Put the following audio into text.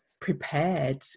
Prepared